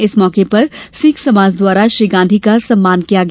इस मौके पर सिख समाज द्वारा श्री गांधी का सम्मान किया गया